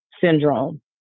syndrome